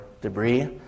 debris